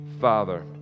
Father